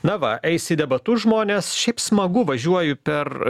na va eis į debatus žmonės šiaip smagu važiuoju per